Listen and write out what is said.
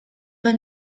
pas